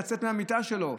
לצאת מהמיטה שלו.